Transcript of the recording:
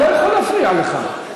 הוא לא יכול להפריע לך.